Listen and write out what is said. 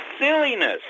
silliness